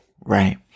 right